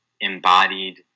embodied